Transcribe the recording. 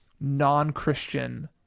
non-Christian